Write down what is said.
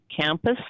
campus